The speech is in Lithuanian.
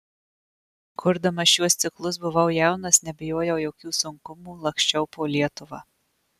kurdamas šiuos ciklus buvau jaunas nebijojau jokių sunkumų laksčiau po lietuvą